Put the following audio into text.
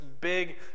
big